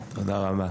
תודה רבה.